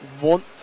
want